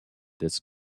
this